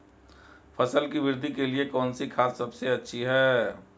फसल की वृद्धि के लिए कौनसी खाद सबसे अच्छी है?